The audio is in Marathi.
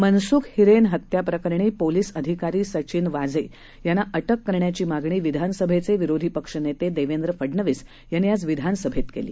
मनसुख हिरेन हत्त्याप्रकरणी पोलीस अधिकारी सचिन वाझे यांना अटक करण्याची मागणी विधानसभेचे विरोधी पक्षनेते देवेंद्र फडणवीस यांनी आज विधानसभेत केली